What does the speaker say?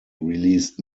released